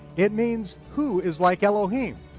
it means who is like elohim.